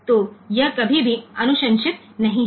तो यह कभी भी अनुशंसित नहीं है